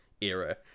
era